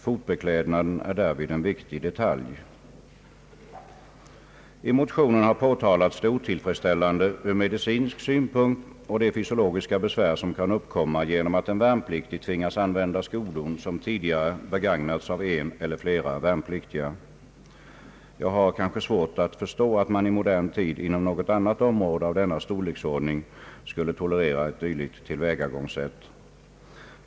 Fotbeklädnaden är därvid en viktig detalj.» I motionen har påtalats det otillfredsställande från medicinsk synpunkt och de fysiologiska besvär som kan uppkomma genom att en värnpliktig tvingas använda skodon, som tidigare begagnats av en eller flera värnpliktiga. Jag har svårt att förstå att man i modern tid inom något annat område av denna «storleksordning skulle tolerera ett dylikt tillvägagångssätt.